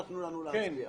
תנו לנו להצביע.